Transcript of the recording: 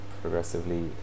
progressively